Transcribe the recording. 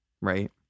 Right